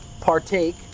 partake